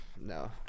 No